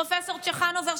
פרופ' צ'חנובר,